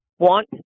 want